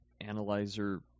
analyzer